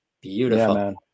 Beautiful